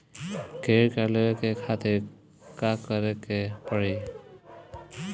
Credit card लेवे के खातिर का करेके पड़ेला?